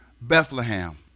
Bethlehem